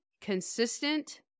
consistent